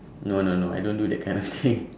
no no no I don't do that kind of thing